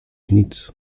nic